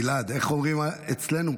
חבר הכנסת גלעד, איך אומרים אצלנו?